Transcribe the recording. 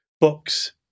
books